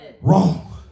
wrong